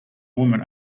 woman